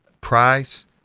price